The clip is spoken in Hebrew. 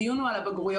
הדיון הוא על הבגרויות,